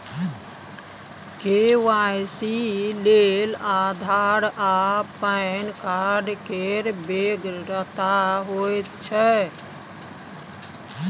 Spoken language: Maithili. के.वाई.सी लेल आधार आ पैन कार्ड केर बेगरता होइत छै